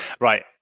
Right